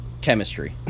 chemistry